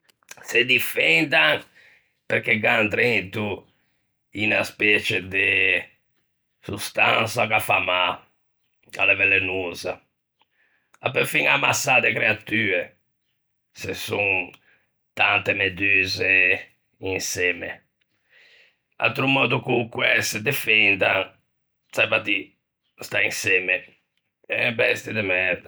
Se difendan perché gh'an drento unna specie de sostansa che a fa mâ, a l'é velenosa, a peu fiña ammassâ de creatue, se son tante meduse insemme, atro mòddo co-o quæ se defendan, saiva à dî stâ insemme. En bestie de merda.